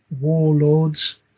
warlords